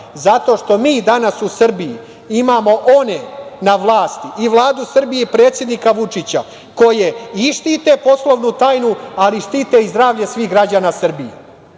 zato što mi danas u Srbiji imamo one na vlasti, i Vladu Srbije i predsednika Vučića, koje i štite poslovnu tajnu, ali štite i zdravlje svih građana Srbije. Imamo